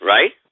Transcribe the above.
Right